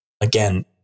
again